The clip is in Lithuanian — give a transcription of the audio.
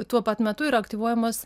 tuo pat metu yra aktyvuojamos